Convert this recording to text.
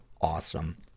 awesome